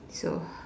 so